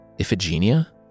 Iphigenia